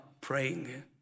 praying